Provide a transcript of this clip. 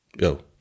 Yo